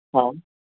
हा